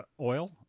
oil